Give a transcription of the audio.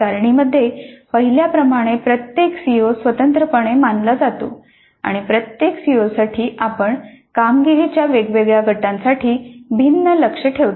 सारणीमध्ये पाहिल्याप्रमाणे प्रत्येक सीओ स्वतंत्रपणे मानला जातो आणि प्रत्येक सीओसाठी आपण कामगिरीच्या वेगवेगळ्या गटांसाठी भिन्न लक्ष्य ठेवतो